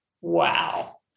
wow